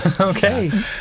okay